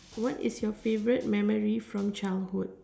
what is your favourite memory from childhood